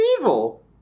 evil